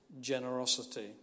generosity